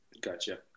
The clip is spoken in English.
Gotcha